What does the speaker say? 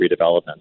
redevelopment